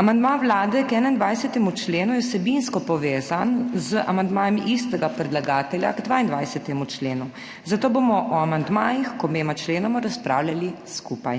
Amandma Vlade k 21. členu je vsebinsko povezan z amandmajem istega predlagatelja k 22. členu, zato bomo o amandmajih k obema členoma razpravljali skupaj.